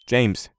James